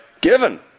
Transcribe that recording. given